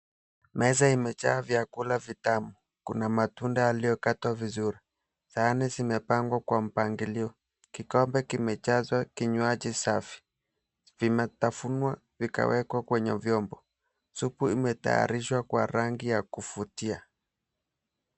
Meza imejaa vyakula Vitamu. Kuna matunda yaliyokatwa vizuri. Sahani zimepangwa kwa mpangilio. Kikombe kimejazwa kinywaji safi. Vimetafunwa vikawekwa kwenye vyombo. Supu imetayarishwa kwa rangi ya kuvutia.